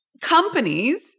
companies